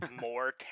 more